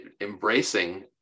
embracing